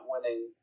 winning